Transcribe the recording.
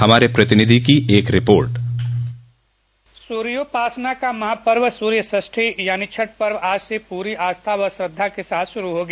हमारे प्रतिनिधि की एक रिपोर्ट सूर्योपासना का महापर्व सूर्यषष्ठी यानी छठ पर्व आज से पूरी आस्था व श्रद्धा के साथ शुरू हो गया